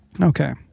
Okay